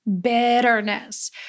Bitterness